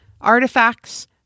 artifacts